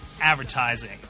advertising